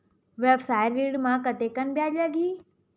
व्यवसाय ऋण म कतेकन ब्याज लगही?